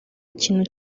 kintu